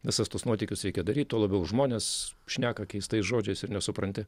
visus tuos nuotykius reikia daryt tuo labiau žmonės šneka keistais žodžiais ir nesupranti